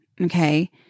Okay